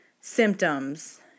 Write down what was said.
symptoms